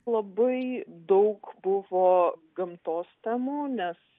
labai daug buvo gamtos temų nes